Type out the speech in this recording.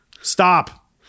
Stop